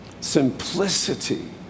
Simplicity